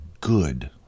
good